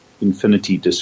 infinity